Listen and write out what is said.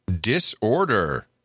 disorder